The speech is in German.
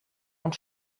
und